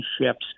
ships